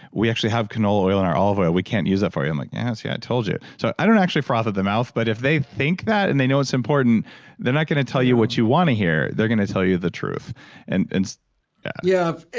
we actually have canola oil in our olive oil. we can't use it for you. i'm like, yeah, see. i told you. so i don't actually froth at the mouth, but if they think that and they know it's important they're not going to tell you what you want to hear, they're going to tell you the truth and yeah yeah.